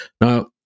Now